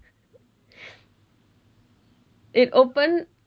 it opened